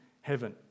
heaven